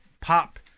Pop